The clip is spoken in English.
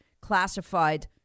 classified